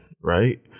Right